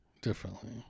differently